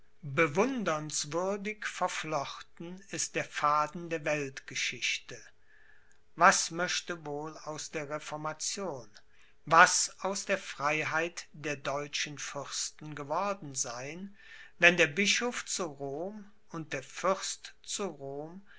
bewundernswürdig verflochten ist der faden der weltgeschichte was möchte wohl aus der reformation was aus der freiheit der deutschen fürsten geworden sein wenn der bischof zu rom und der fürst zu rom